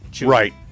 Right